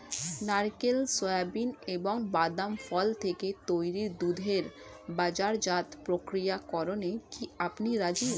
নারকেল, সোয়াবিন এবং বাদাম ফল থেকে তৈরি দুধের বাজারজাত প্রক্রিয়াকরণে কি আপনি রাজি?